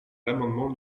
l’amendement